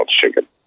Chicken